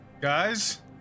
Guys